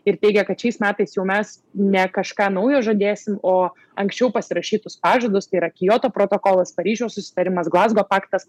ir teigia kad šiais metais jau mes ne kažką naujo žadėsim o anksčiau pasirašytus pažadus tai yra kioto protokolas paryžiaus susitarimas glazgo paktas